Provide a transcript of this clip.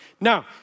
Now